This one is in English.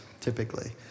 typically